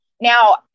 Now